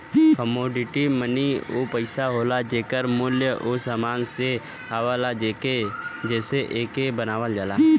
commodity money उ पइसा होला जेकर मूल्य उ समान से आवला जेसे एके बनावल जाला